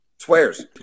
swears